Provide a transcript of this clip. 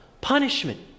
punishment